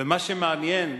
ומה שמעניין,